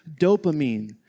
dopamine